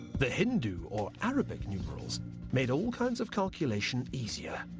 the hindu or arabic numerals made all kinds of calculation easier